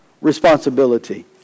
responsibility